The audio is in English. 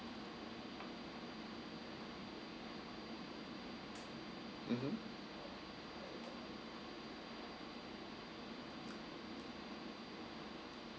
mmhmm